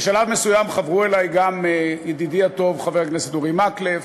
בשלב מסוים חברו אלי גם ידידי הטוב חבר הכנסת אורי מקלב,